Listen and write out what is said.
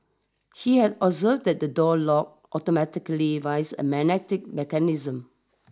he had observed that the door locked automatically via a magnetic mechanism